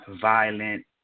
violent